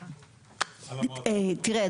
תראה,